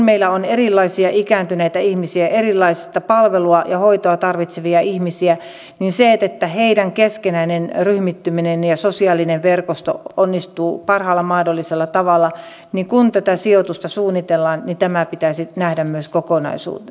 meillä on erilaisia ikääntyneitä ihmisiä erilaista palvelua ja hoitoa tarvitsevia ihmisiä ja heidän keskinäinen ryhmittyminen ja sosiaalinen verkosto onnistuu parhaalla mahdollisella tavalla kun tämä nähdään myös kokonaisuutena tätä sijoitusta suunniteltaessa